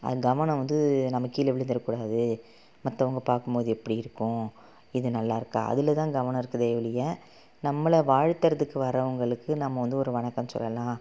கவனம் வந்து நம்ம கீழ விழுந்துவிடக் கூடாது மற்றவங்க பார்க்கும் போது எப்படி இருக்கும் இது நல்லாயிருக்கா அதில் தான் கவனம் இருக்குதே ஒழிய நம்மளை வாழ்த்துகிறத்துக்கு வரவங்களுக்கு நம்ம வந்து ஒரு வணக்கம் சொல்லலாம்